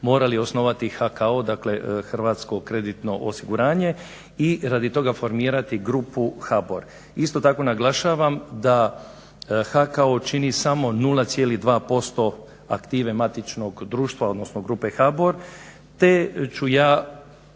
morali osnovati HKO, dakle Hrvatsko kreditno osiguranje i radi toga formirati grupu HBOR. Isto tako naglašavam da HKO čini samo 0,2% aktive matičnog društva, odnosno grupe HBOR te ću ja